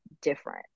different